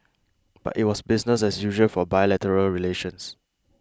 but it was business as usual for bilateral relations